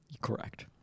Correct